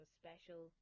special